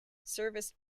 serviced